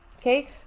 Okay